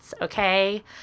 Okay